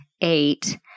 eight